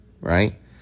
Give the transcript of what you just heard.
right